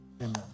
amen